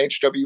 HW